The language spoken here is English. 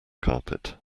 carpet